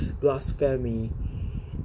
blasphemy